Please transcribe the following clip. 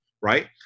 right